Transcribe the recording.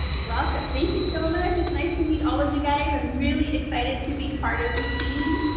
welcome, thank you so much. it's nice to meet all of you guys. i'm really excited to be part of the team.